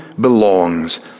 belongs